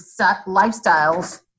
lifestyles